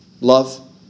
Love